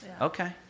Okay